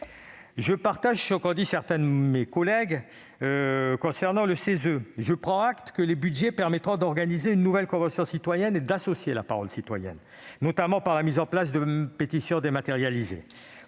je partage ce qu'ont dit certains de mes collègues. Je prends acte que les crédits « permettront d'organiser une nouvelle Convention citoyenne ou d'associer la parole citoyenne », notamment par la mise en place de pétitions dématérialisées.